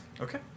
okay